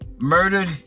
murdered